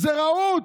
זה רוע,